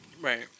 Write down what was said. Right